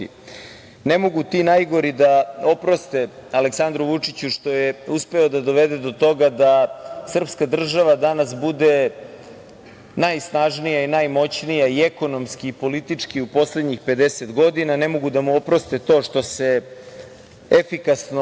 mogu ti najgori da oproste Aleksandru Vučiću što je uspeo da dovede do toga da sprska država danas bude najsnažnija i najmoćnija i ekonomski i politički u poslednjih 50 godina. Ne mogu da mu oproste to što se efikasno